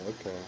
okay